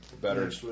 better